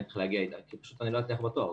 צריך להגיע אתה כי פשוט אני לא אצליח בתואר,